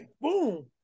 boom